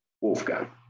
Wolfgang